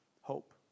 hope